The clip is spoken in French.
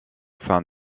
sein